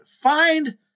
Find